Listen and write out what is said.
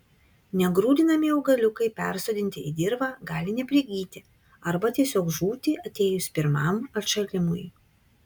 negrūdinami augaliukai persodinti į dirvą gali neprigyti arba tiesiog žūti atėjus pirmam atšalimui